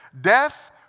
death